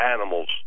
animals